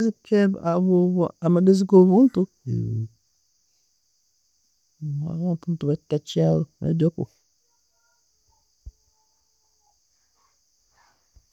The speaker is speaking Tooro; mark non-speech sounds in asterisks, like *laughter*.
*unintelligible* Amagezi go muntu. *unintelligible*